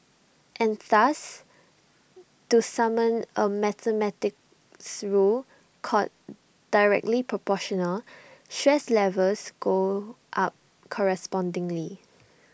and thus to summon A mathematics called directly Proportional stress levels go up correspondingly